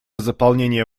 заполнения